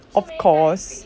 of course